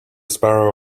sparrow